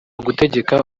gutegeka